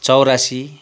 चौरासी